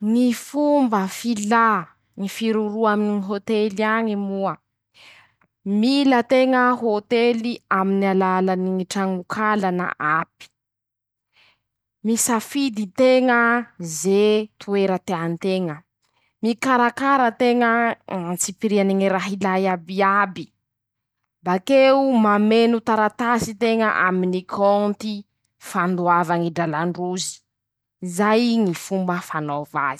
Ñy fomba filà ñy firoroa aminy ñy hôtely añy moa: -Mila hôtely amin'alalany ñy trañon-kala na aty, misafidy teña ze toera tea nteña, mikarakara teña mm antsipiriany ñy raha ilà iabiaby, bakeo mameno taratasy teña aminy kônty fandoava ñy dralan-drozy, zay Ñy fomba fanaova.